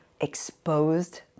exposed